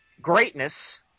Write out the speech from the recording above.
greatness